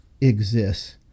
exists